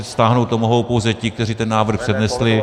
Stáhnout to mohou pouze ti, kteří ten návrh přednesli.